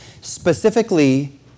specifically